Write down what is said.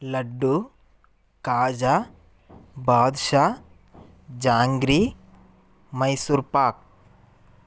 laddu kaja badusha jangri Mysore Pak